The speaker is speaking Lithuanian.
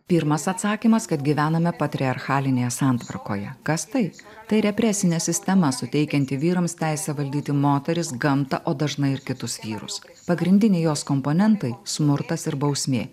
pirmas atsakymas kad gyvename patriarchalinėje santvarkoje kas tai tai represinė sistema suteikianti vyrams teisę valdyti moteris gamtą o dažnai ir kitus vyrus pagrindiniai jos komponentai smurtas ir bausmė